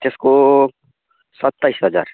त्यसको सताइस हजार